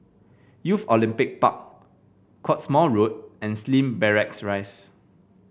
Youth Olympic Park Cottesmore Road and Slim Barracks Rise